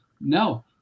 No